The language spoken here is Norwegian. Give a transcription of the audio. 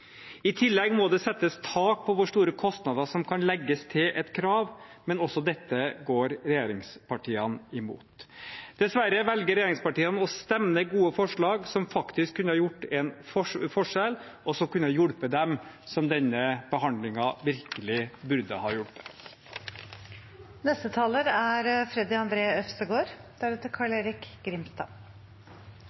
I tillegg må det settes et tak på hvor store kostnader som kan legges til et krav. Men også dette går regjeringspartiene mot. Dessverre velger regjeringspartiene å stemme ned gode forslag som faktisk kunne ha utgjort en forskjell, og som kunne ha hjulpet dem som denne behandlingen virkelig burde ha